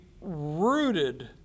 rooted